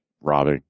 Robbie